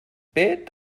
bit